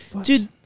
Dude